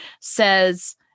says